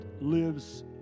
lives